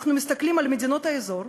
אנחנו מסתכלים על מדינות האזור,